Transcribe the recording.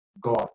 God